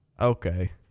Okay